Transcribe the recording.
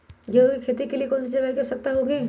गेंहू की खेती के लिए कौन सी जलवायु की आवश्यकता होती है?